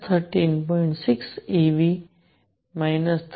6 eV 13